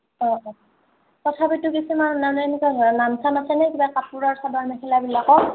অঁ অঁ তথাপিতো কিছুমান মানে এনেকুৱা হেন নাম চাম আছেনে কিবা কাপোৰৰ চাদৰ মেখেলাবিলাকৰ